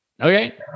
Okay